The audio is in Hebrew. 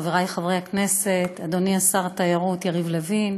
חברי חברי הכנסת, אדוני שר התיירות יריב לוין,